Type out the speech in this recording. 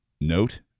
note